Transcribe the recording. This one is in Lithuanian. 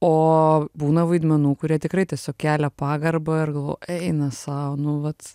o būna vaidmenų kurie tikrai tiesiog kelia pagarbą ir galvo eina sau nu vat